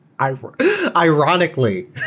Ironically